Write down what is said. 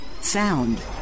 Sound